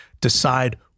decide